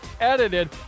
edited